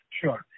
Sure